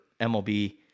MLB